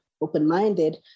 open-minded